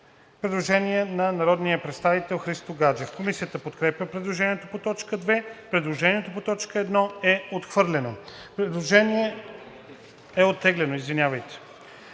предложение на народния представител Христо Гаджев. Комисията подкрепя предложението по т. 2. Предложението по т. 1 е оттеглено. Предложение на народния представител